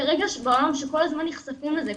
כרגע --- שכל הזמן נחשפים לזה,